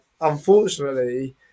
unfortunately